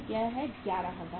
यह है 11000